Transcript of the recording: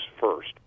first